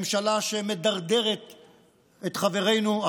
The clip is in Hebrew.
ממשלה שמדרדרת את חברינו,